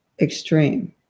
extreme